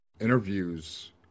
interviews